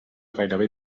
gairebé